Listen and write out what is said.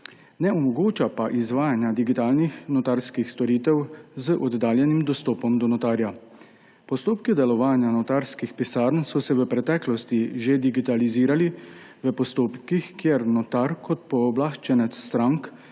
ne omogoča pa izvajanja digitalnih notarskih storitev z oddaljenim dostopom do notarja. Postopki delovanja notarskih pisarn so se v preteklosti že digitalizirali v postopkih, kjer notar kot pooblaščenec strank